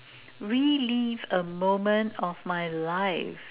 relive a moment of my life